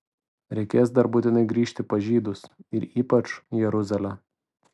reikės dar būtinai grįžti pas žydus ir ypač jeruzalę